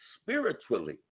spiritually